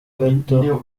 gato